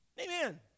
Amen